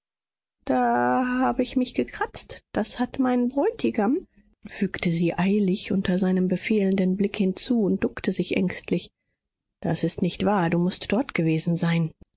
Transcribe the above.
da habe ich mich gekratzt das hat mein bräutigam fügte sie eilig unter seinem befehlenden blick hinzu und duckte sich ängstlich das ist nicht wahr du mußt dort gewesen sein